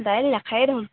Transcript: দাইল নাখাই দেখুন